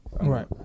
right